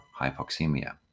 hypoxemia